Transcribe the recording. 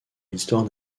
l’histoire